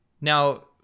Now